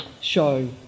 show